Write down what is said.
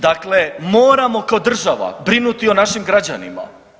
Dakle, moramo kao država brinuti o našim građanima.